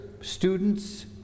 students